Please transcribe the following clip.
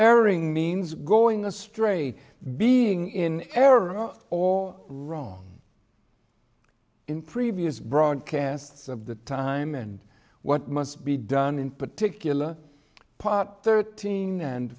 erring means going astray being in error or wrong in previous broadcasts of the time and what must be done in particular pot thirteen and